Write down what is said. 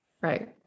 Right